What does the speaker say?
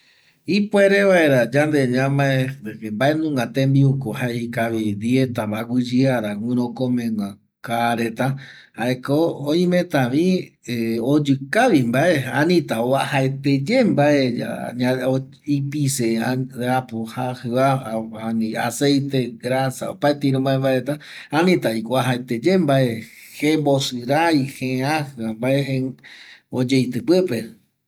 Ipuere vaera yande ñamae, de que mbae nunga tembiuko jae ikavi dietava, aguƚyeara guƚrokomegüa kaa reta jaeko oimetavi oyƚkavi mbae, anita oajaeteye mbae ya ipise, äpo jajƚ oa ani aceite, grasa opaete iru mbae mbae reta, anitaviko oajaeteye mbae jembosƚrai, jeajƚva mbae je oyeitƚ pƚpe